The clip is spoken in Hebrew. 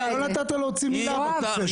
שמתם את --- לא נתת להוציא מילה בכיסא שלך,